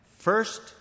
First